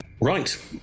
Right